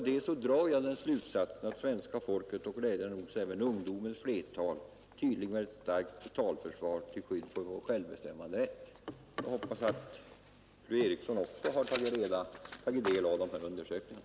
Därav drar jag slutsatsen att svenska folket och glädjande nog även ungdomarnas flertal tydligen vill ha ett starkt totalförsvar till skydd för vår självbestämmanderätt. Jag hoppas att fru Eriksson också har tagit del av dessa undersökningar.